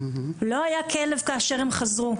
לא היה כלב כאשר הם חזרו,